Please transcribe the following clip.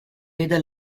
veda